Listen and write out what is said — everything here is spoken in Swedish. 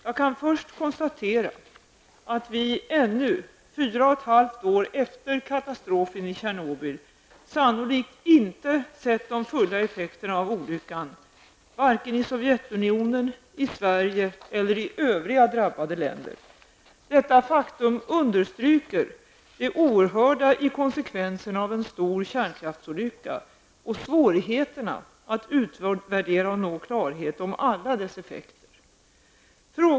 Jag kan först konstatera att vi ännu, fyra och ett halvt år efter katastrofen i Tjernobyl, sannolikt inte sett de fulla effekterna av olyckan -- varken i Sovjetunionen, i Sverige eller i övriga drabbade länder. Detta faktum understryker det oerhörda i konsekvenserna av en stor kärnkraftsolycka och svårigheterna att utvärdera och nå klarhet om alla dess effekter.